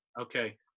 Okay